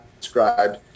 described